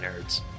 nerds